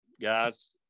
guys